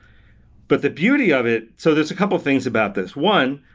but the beauty of it so there's a couple of things about this. one,